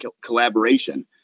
collaboration